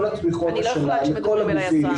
כל התמיכות השנה לכל הגופים,